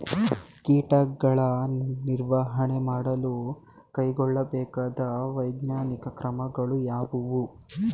ಕೀಟಗಳ ನಿರ್ವಹಣೆ ಮಾಡಲು ಕೈಗೊಳ್ಳಬೇಕಾದ ವೈಜ್ಞಾನಿಕ ಕ್ರಮಗಳು ಯಾವುವು?